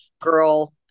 girl